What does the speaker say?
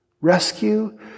Rescue